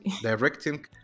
directing